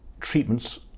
treatments